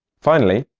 finally,